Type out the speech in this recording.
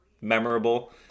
memorable